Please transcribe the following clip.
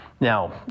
Now